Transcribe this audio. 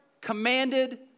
commanded